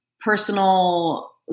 personal